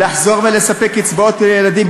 לחזור ולספק קצבאות ילדים,